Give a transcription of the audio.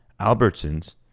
Albertsons